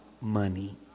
money